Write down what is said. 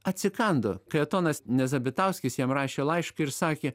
atsikando kajetonas nezabitauskis jam rašė laišką ir sakė